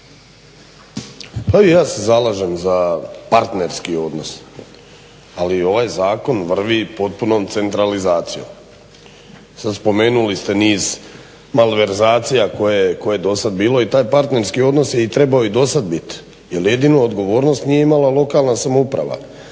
Pa i ja se zalažem za partnerski odnos, ali ovaj zakon vrvi potpunom centralizacijo. Spomenuli ste niz malverzacija koje je dosad bilo i taj partnerski odnos je trebao i dosad biti. Jer jedinu odgovornost nije imala lokalna samouprava.